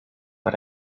but